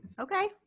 Okay